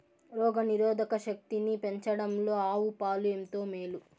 రోగ నిరోధక శక్తిని పెంచడంలో ఆవు పాలు ఎంతో మేలు